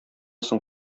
соң